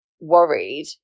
worried